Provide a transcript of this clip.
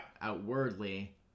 outwardly